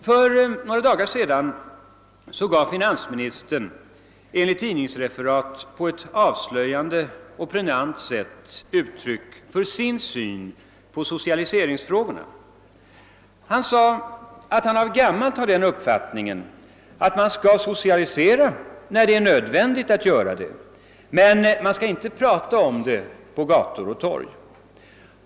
För några dagar sedan gav finansministern enligt tidningsreferat på ett avslöjande och pregnant sätt uttryck för sin syn på socialiseringsfrågorna. Han sade att han av gammalt hade den uppfattningen att man skall socialisera när det är nödvändigt att göra det men man skall inte prata därom på gator och torg.